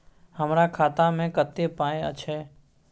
हमरा खाता में कत्ते पाई अएछ?